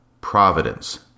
providence